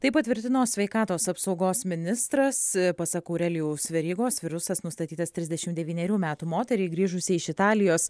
tai patvirtino sveikatos apsaugos ministras pasak aurelijaus verygos virusas nustatytas trisdešimt devynerių metų moteriai grįžusiai iš italijos